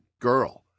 girl